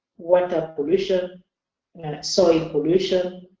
water pollution and solid pollution.